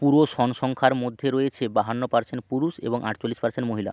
পুরো সনসংখ্যার মধ্যে রয়েছে বাহান্ন পারসেন্ট পুরুষ এবং আটচল্লিশ পারসেন্ট মহিলা